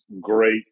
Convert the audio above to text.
great